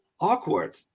awkward